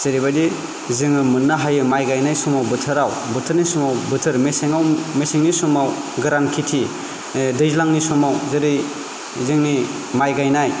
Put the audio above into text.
जेरैबायदि जोङो मोननो हायो माइ गायनाय समाव बोथोराव बोथोरनि समाव बोथोर मेसेङाव मेसेंनि समाव गोरान खेथि दैज्लांनि समाव जेरै जोंनि माइ गायनाय